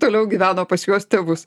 toliau gyveno pas juos tėvus